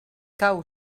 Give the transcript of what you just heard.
cau